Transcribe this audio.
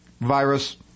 virus